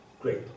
Great